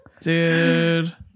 Dude